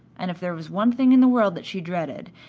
and if there was one thing in the world that she dreaded,